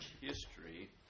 history